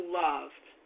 loved